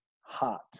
hot